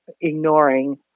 ignoring